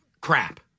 Crap